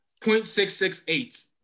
0.668